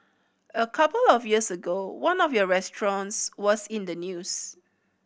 a couple of years ago one of your restaurants was in the news